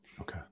Okay